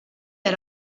had